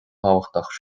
tábhachtach